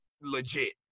legit